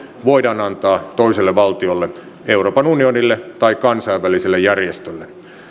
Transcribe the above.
voidaan antaa toiselle valtiolle euroopan unionille tai kansainväliselle järjestölle